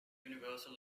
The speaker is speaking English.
universal